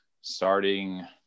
starting